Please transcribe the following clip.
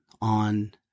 on